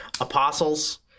apostles